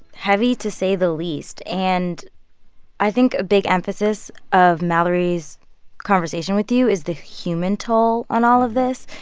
heavy to say the least. and i think a big emphasis of mallory's conversation with you is the human toll on all of this.